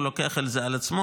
הוא לוקח את זה על עצמו.